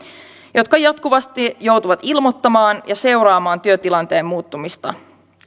jotka jatkuvasti joutuvat ilmoittamaan ja seuraamaan työtilanteen muuttumista